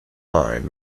line